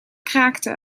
kraakte